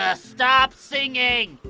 ah stop singing.